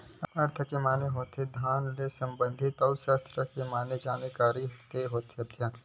अर्थ के माने होथे धन ले संबंधित अउ सास्त्र माने जानकारी ते अध्ययन